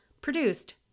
produced